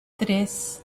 tres